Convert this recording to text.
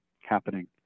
happening